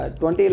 20